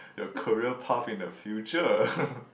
your career path in the future